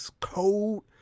cold